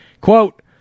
Quote